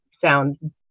sound